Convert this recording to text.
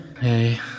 hey